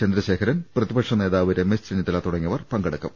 ചന്ദ്രശേഖരൻ പ്രതിപക്ഷനേതാവ് രമേശ് ചെന്നിത്തല തുടങ്ങിയവർ പങ്കെടുക്കും